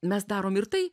mes darom ir tai